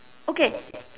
okay